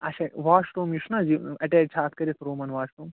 آچھا washroom یُس چھُ نَہ حظ یہِ اَٹیچ چھا اَتھ کٔرِتھ روٗمَن واش روٗم